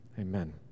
Amen